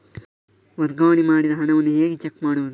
ವರ್ಗಾವಣೆ ಮಾಡಿದ ಹಣವನ್ನು ಹೇಗೆ ಚೆಕ್ ಮಾಡುವುದು?